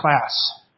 class